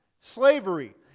Slavery